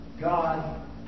God